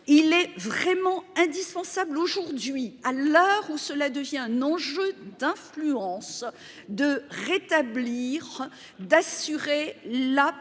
Il est vraiment indispensable aujourd'hui à l'heure où cela devient un enjeu d'influence de rétablir d'assurer la pérennité